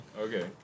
Okay